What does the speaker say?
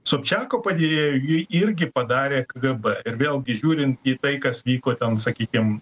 sobčiako padėjėju jį irgi padarė kgb ir vėlgi žiūrint į tai kas vyko ten sakykim